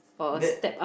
that